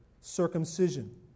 circumcision